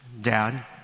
Dad